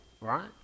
right